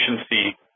efficiency